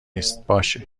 نیست، باشه